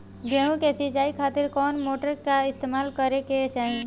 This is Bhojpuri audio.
गेहूं के सिंचाई खातिर कौन मोटर का इस्तेमाल करे के चाहीं?